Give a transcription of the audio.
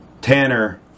Tanner